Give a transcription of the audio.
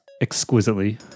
exquisitely